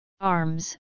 arms